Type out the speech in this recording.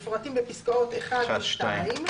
מפורטים בפסקאות (1) ו-(2).